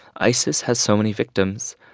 isis has so many victims.